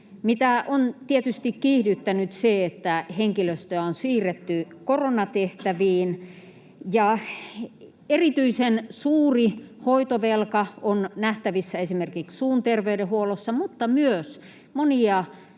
mitä on tietysti kiihdyttänyt se, että henkilöstöä on siirretty koronatehtäviin. Erityisen suuri hoitovelka on nähtävissä esimerkiksi suun terveydenhuollossa, mutta myös monia